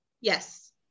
Yes